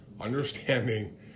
understanding